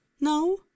No